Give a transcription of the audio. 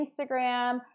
Instagram